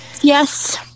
yes